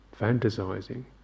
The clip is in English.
fantasizing